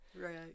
Right